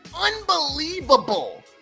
unbelievable